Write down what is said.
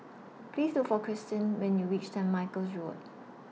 Please Look For Christin when YOU REACH Saint Michael's Road